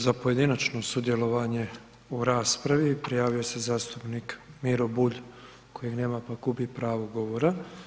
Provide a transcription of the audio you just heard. Za pojedinačno sudjelovanje u raspravi prijavio se zastupnik Miro Bulj kojeg nema pa gubi pravo govora.